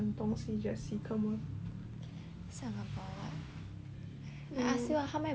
想什么 I ask you ah how many brain cells does human have